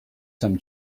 some